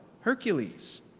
Hercules